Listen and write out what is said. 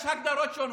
יש הגדרות שונות,